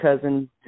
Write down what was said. cousin